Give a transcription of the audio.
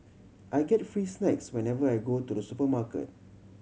I get free snacks whenever I go to the supermarket